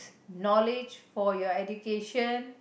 knowledge for your education